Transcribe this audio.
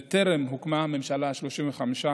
בטרם הוקמה הממשלה השלושים-וחמש.